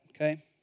okay